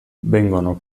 vengono